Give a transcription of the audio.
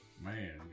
Man